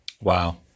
Wow